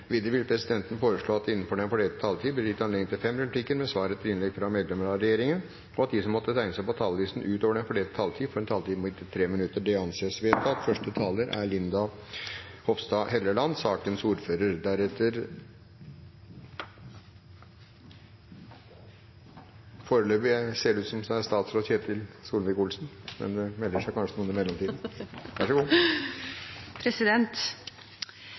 Videre vil presidenten foreslå at det blir gitt anledning til fem replikker med svar etter innlegg fra medlemmer av regjeringen innenfor den fordelte taletid, og at de som måtte tegne seg på talerlisten utover den fordelte taletid, får en taletid på inntil 3 minutter. – Det anses vedtatt. Første taler er representanten Linda C. Hofstad Helleland, som nå fungerer som ordfører for saken. Denne saken omhandler både luftfart, vei og jernbane. Komiteen stiller seg bak stort sett hele innstillingen, så